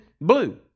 blue